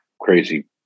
crazy